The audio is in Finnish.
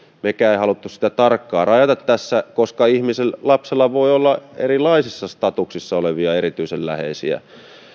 mekään emme halunneet sitä tarkkaan rajata tässä koska lapsella voi olla erilaisissa statuksissa olevia erityisen läheisiä